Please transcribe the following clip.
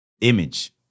image